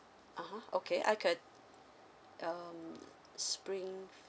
ah ha okay I could um spring